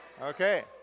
Okay